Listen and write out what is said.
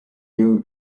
hugh